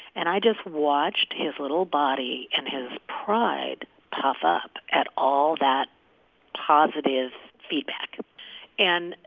and i just watched his little body and his pride puff up at all that positive feedback and,